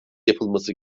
yapılması